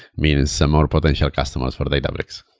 means some more potential customers for databricks.